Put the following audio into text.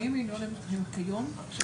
40 מיליון ₪ זה כיום התקציב?